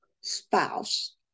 spouse